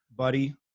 Buddy